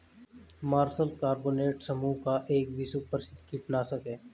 martial carbonate समूह का एक विश्व प्रसिद्ध कीटनाशक है